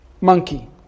monkey